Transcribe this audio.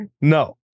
No